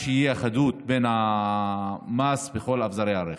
שתהיה אחדות של המס על כל אביזרי הרכב.